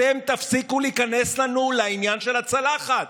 אתם תפסיקו להיכנס לנו לעניין של הצלחת.